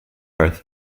oath